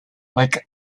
like